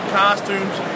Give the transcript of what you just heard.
costumes